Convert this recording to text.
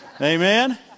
Amen